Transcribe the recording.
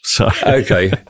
Okay